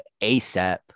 ASAP